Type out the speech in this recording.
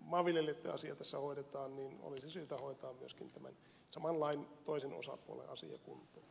maanviljelijöitten asia tässä hoidetaan niin olisi syytä hoitaa myöskin tämän saman lain toisen osapuolen asia kuntoon